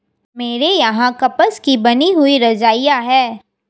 मेरे यहां कपास की बनी हुई रजाइयां है